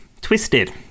twisted